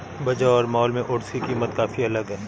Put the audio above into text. बाजार और मॉल में ओट्स की कीमत काफी अलग है